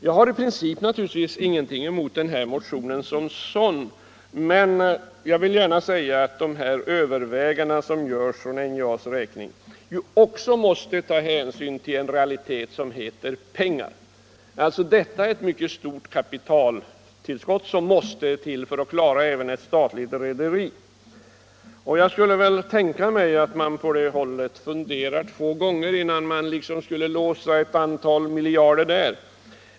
Jag har naturligtvis i princip ingenting emot den här motionen som sådan, men jag vill gärna säga att de överväganden som görs för NJA:s räkning också måste ta hänsyn till en realitet som heter pengar. Ett mycket stort kapitaltillskott måste till för att klara ett statligt rederi. Jag skulle kunna tänka mig att man funderar två gånger innan man låser ett antal miljarder.